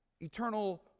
Eternal